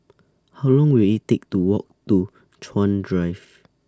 How Long Will IT Take to Walk to Chuan Drive